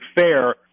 fair